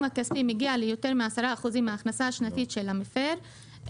הכספי מגיע ליותר מ-10% מההכנסה השנתית של המפר,